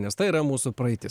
nes tai yra mūsų praeitis